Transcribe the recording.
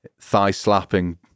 thigh-slapping